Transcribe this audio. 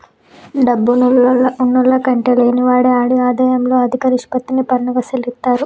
డబ్బున్నాల్ల కంటే లేనివాడే ఆడి ఆదాయంలో అదిక నిష్పత్తి పన్నుగా సెల్లిత్తారు